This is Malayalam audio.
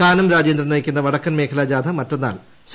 കാനം രാജേന്ദ്രൻ നയിക്കുന്ന വടക്കൻ മേഖലാ ജാഥ മറ്റന്നാൾ സി